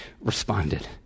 responded